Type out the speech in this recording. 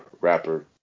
rapper